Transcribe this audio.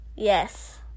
Yes